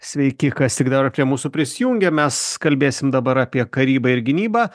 sveiki kas tik dabar prie mūsų prisijungė mes kalbėsim dabar apie karybą ir gynybą